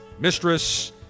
mistress